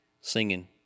singing